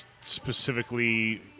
specifically